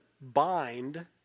bind